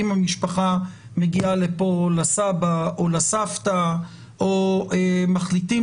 המשפחה מגיעה לפה לסבא או לסבתא או מחליטים